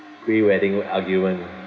pre wedding or argument